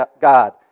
God